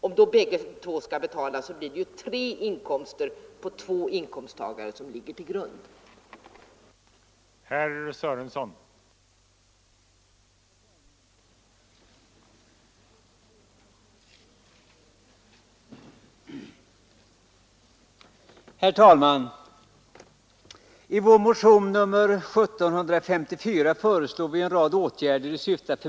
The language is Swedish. Om då båda två skall betala, blir det tre inkomster på två inkomsttagare som läggs till grund för bedömningen.